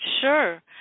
Sure